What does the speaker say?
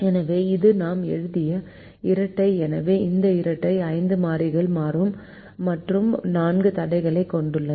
எனவே இது நாம் எழுதிய இரட்டை எனவே இந்த இரட்டை 5 மாறிகள் மற்றும் 4 தடைகளைக் கொண்டுள்ளது